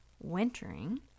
wintering